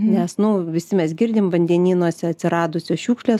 nes nu visi mes girdim vandenynuose atsiradusios šiukšlės